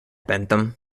bentham